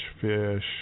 fish